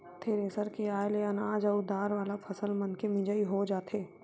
thresher के आये ले अनाज अउ दार वाला फसल मनके मिजई हो जाथे